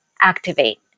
activate